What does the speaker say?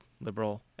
liberal